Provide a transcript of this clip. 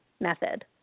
method